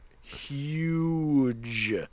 huge